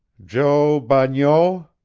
jo bagneau,